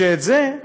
ואת זה,